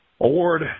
award